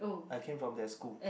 I came from that school